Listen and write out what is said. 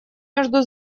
между